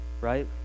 right